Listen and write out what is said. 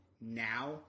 now